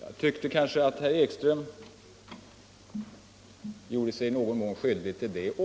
jag tyckte kanske att herr Ekström också i någon mån gjorde sig skyldig till detta.